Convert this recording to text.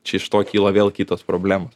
čia iš to kyla vėl kitos problemos